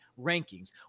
rankings